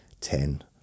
ten